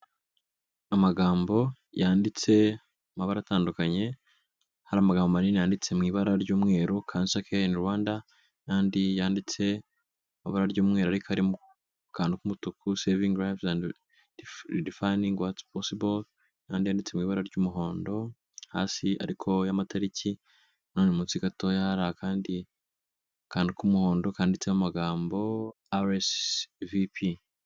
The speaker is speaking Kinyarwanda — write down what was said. amagambo yanditse amabara atandukanye hari amagambo manini yanditse mu ibara ry'umweru csa kin rwanda'andi yanditse ibara ry'umweru ariko ari mu mukantu k'umutuku sevingraveldflfanggwatfoseball nan yanditse mu ibara ry'umuhondo hasi ariko y'amatariki none munsitsi gatoya hari akandi a kantu k'umuhondo kanditseho amagambo alas vp